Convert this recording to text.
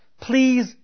please